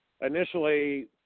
initially